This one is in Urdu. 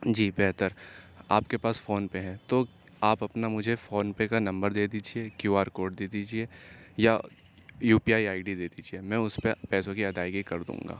جی بہتر آپ کے پاس فون پے ہے تو آپ اپنا مجھے فون پے کا نمبر دے دیجیے کیو آر کوڈ دے دیجیے یا U P I I D دے دیجیے میں اس پہ پیسوں کی ادائیگی کر دوں گا